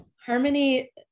harmony